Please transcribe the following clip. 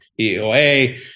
EOA